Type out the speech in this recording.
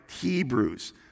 Hebrews